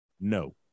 No